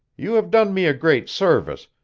you have done me a great service,